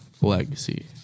Legacy